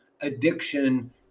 addiction